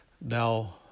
Now